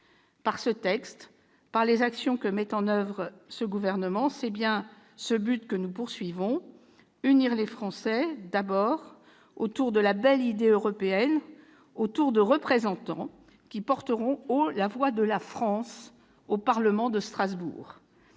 Par ce texte, par les actions que met en oeuvre ce gouvernement, c'est bien ce but que nous visons : unir les Français, d'abord, autour de la belle idée européenne, autour de représentants qui porteront haut la voix de la France au Parlement de Strasbourg